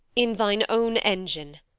in thine own engine.